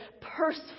purse